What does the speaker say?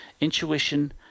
intuition